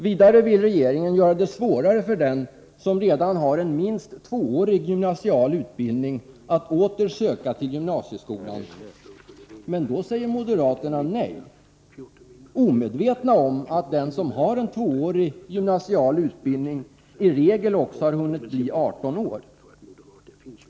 Vidare vill regeringen göra det svårare för dem som redan har en minst tvåårig gymnasial utbildning att åter söka till gymnasieskolan. Men då säger moderaterna nej, omedvetna om att den som har en tvåårig gymnasial utbildning i regel också har hunnit bli 18 år!